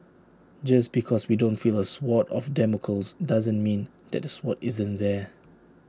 just because we don't feel A sword of Damocles doesn't mean that the sword isn't there